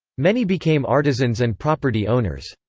many became artisans and property owners.